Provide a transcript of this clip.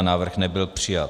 Návrh nebyl přijat.